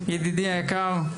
ידידי היקר,